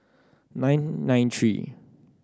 nine nine three